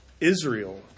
Israel